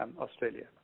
Australia